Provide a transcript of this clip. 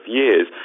years